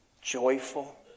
joyful